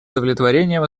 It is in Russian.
удовлетворением